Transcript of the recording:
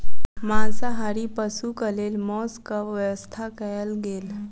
मांसाहारी पशुक लेल मौसक व्यवस्था कयल गेल